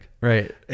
Right